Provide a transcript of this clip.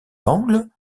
angle